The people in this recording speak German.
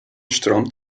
strom